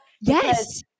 Yes